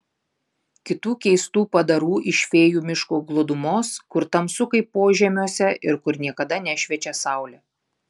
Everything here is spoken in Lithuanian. kitų keistų padarų iš fėjų miško glūdumos kur tamsu kaip požemiuose ir kur niekada nešviečia saulė